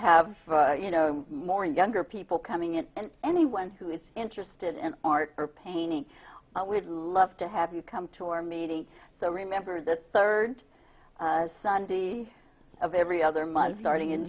have you know more younger people coming in and anyone who is interested in art or painting i would love to have you come to our meeting so remember the third sunday of every other month starting in